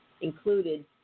included